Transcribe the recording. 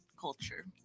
culture